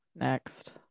Next